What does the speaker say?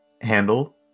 handle